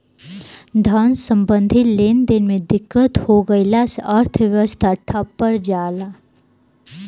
धन सम्बन्धी लेनदेन में दिक्कत हो गइला से अर्थव्यवस्था ठप पर जला